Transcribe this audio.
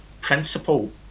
principle